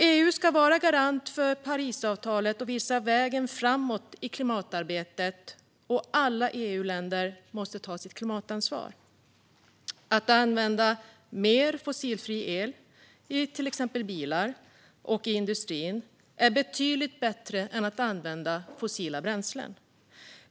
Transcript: EU ska vara en garant för Parisavtalet och visa vägen framåt i klimatarbetet, och alla EU-länder måste ta sitt klimatansvar. Att använda mer fossilfri el, i till exempel bilar och industrin, är betydligt bättre än att använda fossila bränslen.